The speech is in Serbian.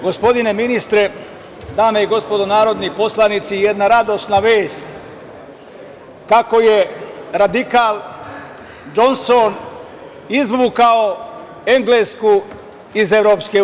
Gospodine ministre, dame i gospodo narodni poslanici, jedna radosna vest, kako je radikal Džonson izvukao Englesku iz EU.